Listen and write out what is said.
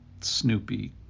Snoopy